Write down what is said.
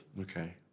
Okay